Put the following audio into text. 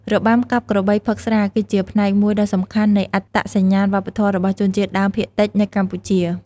របាំកាប់ក្របីផឹកស្រា គឺជាផ្នែកមួយដ៏សំខាន់នៃអត្តសញ្ញាណវប្បធម៌របស់ជនជាតិដើមភាគតិចនៅកម្ពុជា។